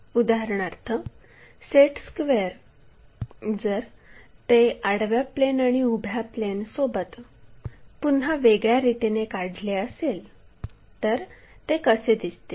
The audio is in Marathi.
उदाहरणार्थ सेट स्क्वेअर जर ते आडव्या प्लेन आणि उभ्या प्लेनसोबत पुन्हा वेगळ्या रीतीने काढले असेल तर ते कसे दिसतील